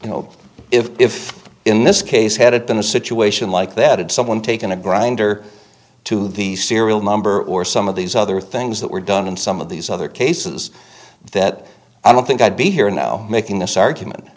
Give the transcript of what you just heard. you know if in this case had it been a situation like that had someone taken a grinder to the serial number or some of these other things that were done in some of these other cases that i don't think i'd be here now making this argument